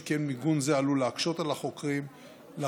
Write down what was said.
שכן מיגון זה עלול להקשות על החוקרים להבחין